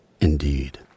Indeed